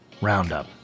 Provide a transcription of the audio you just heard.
roundup